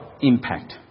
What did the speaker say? impact